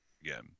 again